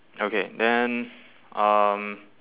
okay then um